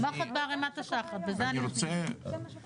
מחט בערימת השחת, בזה אני מסכימה.